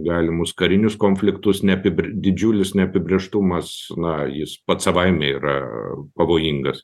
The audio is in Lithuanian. galimus karinius konfliktus neapibr didžiulis neapibrėžtumas na jis pats savaime yra pavojingas